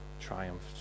triumphed